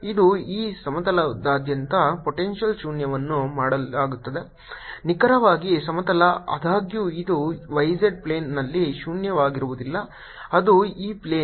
ಇದು ಈ ಸಮತಲದಾದ್ಯಂತ ಪೊಟೆಂಶಿಯಲ್ ಶೂನ್ಯವನ್ನು ಮಾಡುತ್ತದೆ ನಿಖರವಾದ ಸಮತಲ ಆದಾಗ್ಯೂ ಇದು y z ಪ್ಲೇನ್ನಲ್ಲಿ ಶೂನ್ಯವಾಗುವುದಿಲ್ಲ ಅದು ಈ ಪ್ಲೇನ್